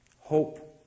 Hope